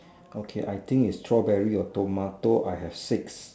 okay I think is strawberry or tomato I have six